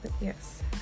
Yes